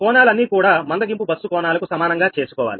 కోణాలు అన్ని కూడా మందగింపు బస్సు కోనాలకు సమానంగా చేసుకోవాలి